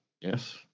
Yes